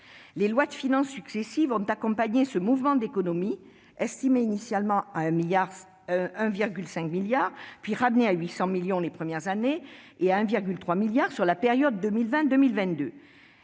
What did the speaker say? Les lois de finances successives ont accompagné ce mouvement d'économies, estimées initialement à 1,5 milliard d'euros, puis ramenées à 800 millions les premières années et à 1,3 milliard sur la période 2020-2022.